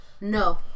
No